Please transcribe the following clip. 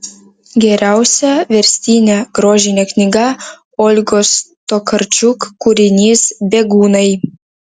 geriausia verstine grožine knyga olgos tokarčuk kūrinys bėgūnai